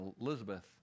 Elizabeth